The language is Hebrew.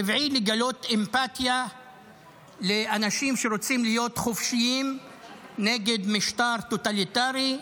טבעי לגלות אמפתיה לאנשים שרוצים להיות חופשיים כנגד משטר טוטליטרי,